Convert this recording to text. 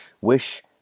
wish